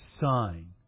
sign